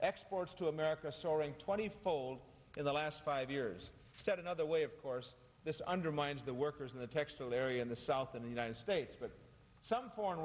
exports to america soaring twenty fold in the last five years that another way of course this undermines the workers in the textile area in the south in the united states but some foreign